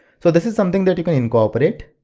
so this is something that you can incorporate.